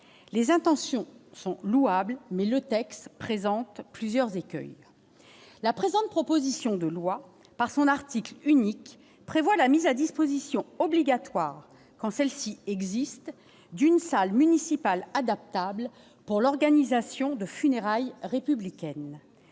les intentions sont louables, mais le texte présente plusieurs écueils : la présente proposition de loi, par son article unique prévoit la mise à disposition obligatoire quand celle-ci existe d'une salle municipale adaptable pour l'organisation de funérailles républicaine